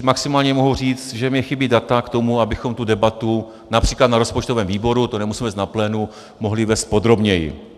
Maximálně mohu říct, že mi chybí data k tomu, abychom tu debatu, například na rozpočtovém výboru, to nemusí být vůbec na plénu, mohli vést podrobněji.